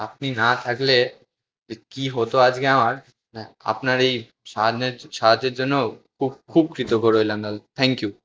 আপনি না থাকলে যে কী হতো আজগে আমার না আপনার এই সাহান্যের সাহায্যের জন্যও খুব খুব কৃতজ্ঞ রইলাম দাদা থ্যাঙ্ক ইউ